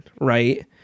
right